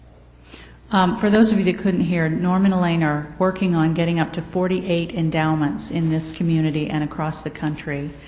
um for those of you that couldn't hear, norm and elaine are working on getting up to forty eight endowments in this community and across the country,